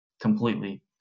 completely